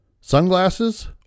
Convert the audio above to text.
sunglasses